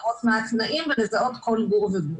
לראות מה התנאים ולזהות כל גור וגור.